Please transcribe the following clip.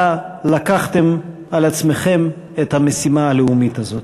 לקחתם על עצמכם את המשימה הלאומית הזאת.